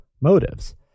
motives